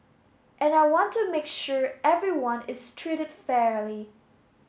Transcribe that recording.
and I want to make sure everyone is treated fairly